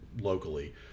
locally